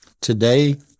today